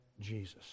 Jesus